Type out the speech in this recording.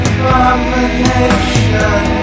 Abomination